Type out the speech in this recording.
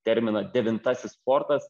terminą devintasis fortas